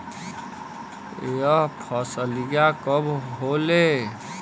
यह फसलिया कब होले?